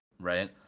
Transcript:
right